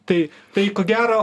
tai tai ko gero